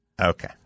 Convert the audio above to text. Okay